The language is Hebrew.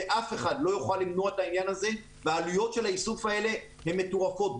אף אחד לא יוכל למנוע את העניין הזה והעלויות של האיסוף הזה הן מטורפות.